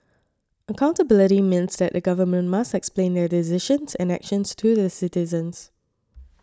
accountability means that the Government must explain their decisions and actions to the citizens